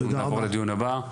אנחנו נעבור לדיון הבא,